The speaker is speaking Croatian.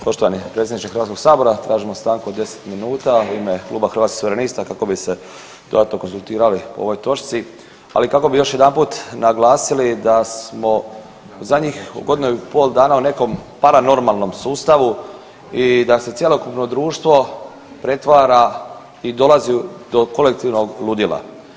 Poštovani potpredsjedniče Hrvatskog sabora, tražimo stanku od 10 minuta u ime Kluba Hrvatskih suverenista kako bi se dodatno konzultirali o ovoj točci, ali i kako bi još jedanput naglasili da smo zadnjih godinu i pol dana u nekom paranormalnom sustavu i da se cjelokupno društvo pretvara i dolazi do kolektivnog ludila.